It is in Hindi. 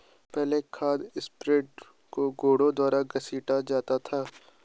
पहले खाद स्प्रेडर को घोड़ों द्वारा घसीटा जाता था